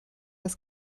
des